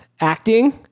Acting